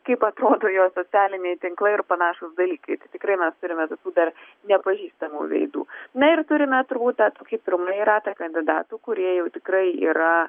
kaip atrodo jo socialiniai tinklai ir panašūs dalykai tikrai mes turime tokių dar nepažįstamų veidų na ir turime turbūt tą pirmąjį ratą kandidatų kurie jau tikrai yra